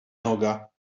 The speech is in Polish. noga